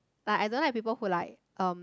but I don't like people who like um